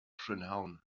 prynhawn